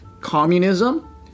communism